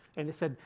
and they said,